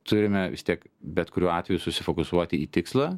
turime vis tiek bet kuriuo atveju susifokusuoti į tikslą